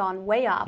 gone way off